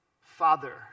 Father